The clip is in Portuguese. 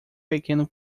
pequeno